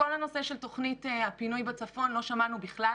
על כל הנושא של תוכנית הפינוי בצפון לא שמענו בכלל,